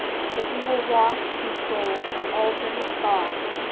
if he will watch, control, and alter his thoughts,